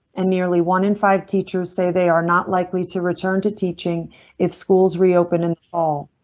and nearly one in five teachers say they are not likely to return to teaching if schools reopen in the fall.